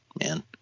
man